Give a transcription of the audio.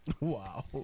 Wow